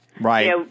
Right